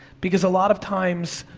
because a lot of times,